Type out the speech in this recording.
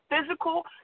physical